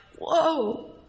whoa